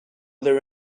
there